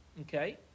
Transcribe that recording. okay